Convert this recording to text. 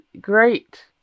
great